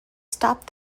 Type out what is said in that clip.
stop